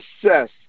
success